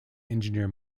engineer